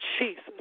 Jesus